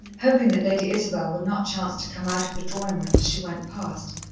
hoping that lady isabel would not chance to come out of the drawing-room as she went past.